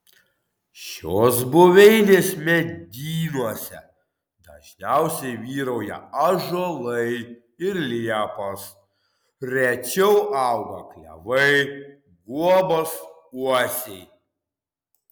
šios buveinės medynuose dažniausiai vyrauja ąžuolai ir liepos rečiau auga klevai guobos uosiai